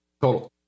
total